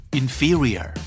inferior